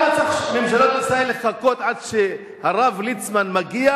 הן צריכות לעשות את המקסימום שיש להן.